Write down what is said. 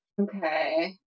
Okay